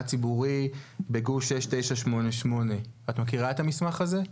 ציבורי בגוש 6988. את מכירה את המסמך הזה?